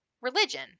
religion